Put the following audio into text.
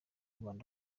rwanda